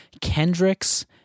Kendrick's